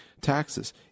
Taxes